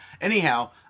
Anyhow